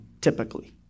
typically